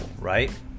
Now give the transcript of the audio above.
right